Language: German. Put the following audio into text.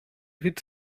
witz